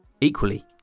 Equally